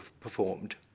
performed